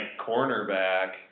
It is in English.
cornerback